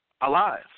alive